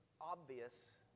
obvious